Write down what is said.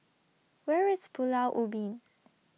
Where IS Pulau Ubin